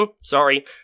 sorry